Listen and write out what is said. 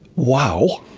wow,